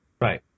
right